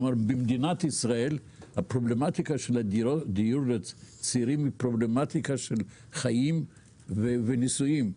כלומר הבעיה במדינת ישראל של דיור לצעירים היא בעיה של חיים ונישואים.